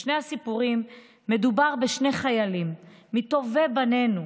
בשני הסיפורים מדובר בשני חיילים, מטובי בנינו,